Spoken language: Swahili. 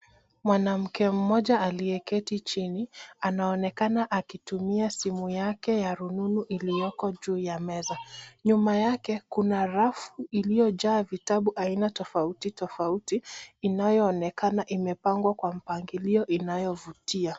Mwanamke mmoj aliyeketi chini anaonekana akitumia simu yake ya rununu iliyoko juu ya meza, nyuma yake kuna rafu iliyojaa vitabu aina tofauti tofauti inayoonekana imepangwa kwa mpagilio inayovutia.